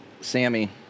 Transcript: Sammy